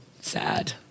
Sad